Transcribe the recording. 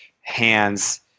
hands